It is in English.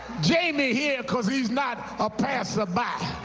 jamie here, because he's not a passerby.